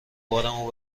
بارمو